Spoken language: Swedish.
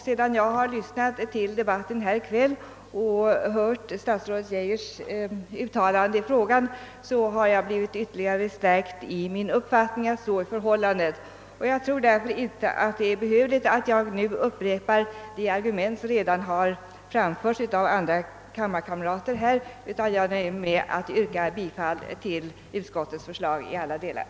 Sedan jag lyssnat till kvällens debatt och hört statsrådet Geijers uttalande i frågan har jag blivit ytterligare stärkt i min uppfattning att så är förhållandet. Därför tror jag att det inte är behövligt att jag nu upprepar de argument som redan anförts av andra kammarkamrater. Herr talman! Jag nöjer mig med att yrka bifall till utskottets hemställan i samtliga moment.